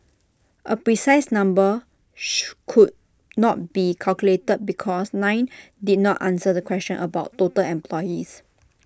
A precise number could not be calculated because nine did not answer the question about total employees